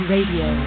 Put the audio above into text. Radio